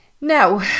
Now